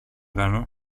κάνω